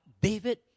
David